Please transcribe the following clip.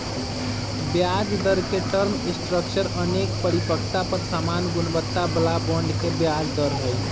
ब्याजदर के term structure अनेक परिपक्वता पर समान गुणवत्ता बला बॉन्ड के ब्याज दर हइ